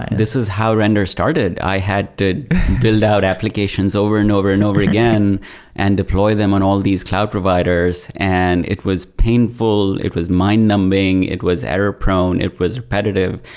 this is how render started. i had to build out applications over and over and over again and deploy them on all these cloud providers. and it it was painful. it was mind numbing. it was error-prone. it was repetitive,